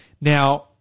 Now